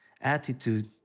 attitude